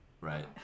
Right